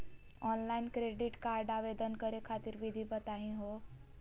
Online credit card आवेदन करे खातिर विधि बताही हो?